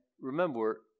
remember